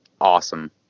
awesome